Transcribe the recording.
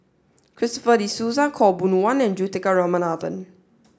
Christopher De Souza Khaw Boon Wan and Juthika Ramanathan